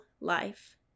life